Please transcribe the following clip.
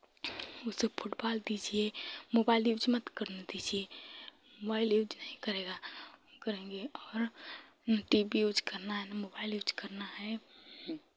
उसे फुटबॉल दीजिए mobile use मत करने दीजिए मोबाइल यूज़ नहीं करेगा करेंगे और ना टी वी यूज़ करना है ना मोबाइल यूज़ करना है